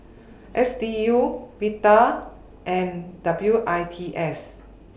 S D U Vital and W I T S